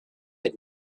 had